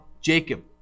Jacob